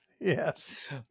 Yes